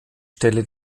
stelle